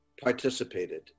participated